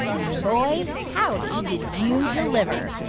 and, boy, howdy, did you deliver.